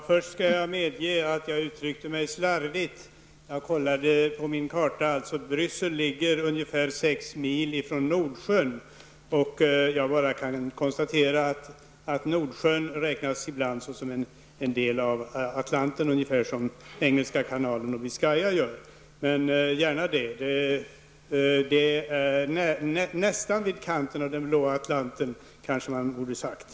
Herr talman! Jag medger att jag uttryckte mig slarvigt. Efter att ha kontrollerat på min karta kan jag konstatera att Bryssel ligger ungefär sex mil från Nordsjön, som ibland räknas som en del av Atlanten, ungefär som Engelska kanalen och Biscaya gör. Det är nästan vid kanten av den blå Atlanten, borde jag kanske ha sagt.